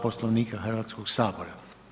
Poslovnika Hrvatskog sabora.